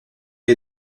est